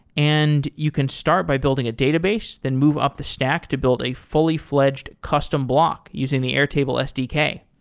and you can start by building a database, then move up the stack to build a fully-fledged custom block using the airtable sdk.